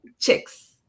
Chicks